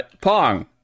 Pong